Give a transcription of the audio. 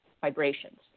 vibrations